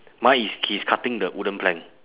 mine is he is cutting the wooden plank